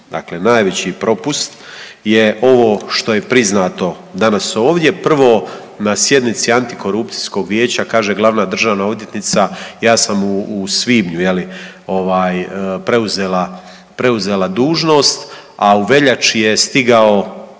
dakle najeveći propust je ovo što je priznato danas ovdje. Prvo na sjednici antikorupcijskog vijeća kaže glavna državna odvjetnica ja sam u svibnju je li ovaj preuzela, preuzela dužnost, a u veljači je stigao